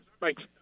Thanks